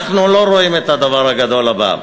אנחנו לא רואים את הדבר הגדול הבא.